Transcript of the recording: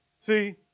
See